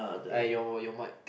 eh your mic